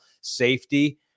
safety